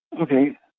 Okay